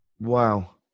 Wow